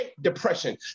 depression